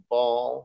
Ball